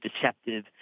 deceptive